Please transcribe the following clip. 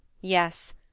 Yes